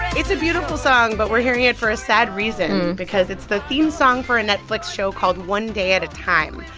it's a beautiful song, but we're hearing it for a sad reason because it's the theme song for a netflix show called one day at a time,